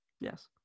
Yes